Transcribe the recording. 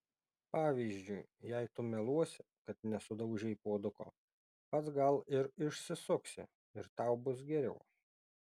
pavyzdžiui jei tu meluosi kad nesudaužei puoduko pats gal ir išsisuksi ir tau bus geriau